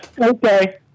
Okay